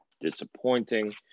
disappointing